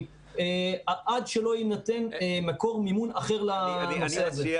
עד שלא יינתן מקור מימון אחר לנושא הזה.